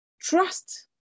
trust